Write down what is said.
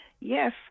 yes